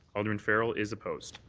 alderman farrell is opposed.